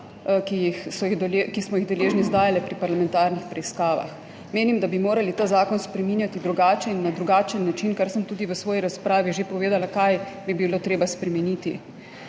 ki smo jih deležni zdaj pri parlamentarnih preiskavah. Menim, da bi morali ta zakon spreminjati drugače in na drugačen način, kar sem tudi v svoji razpravi že povedala, kaj bi bilo treba spremeniti.